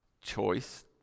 choice